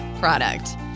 product